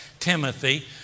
Timothy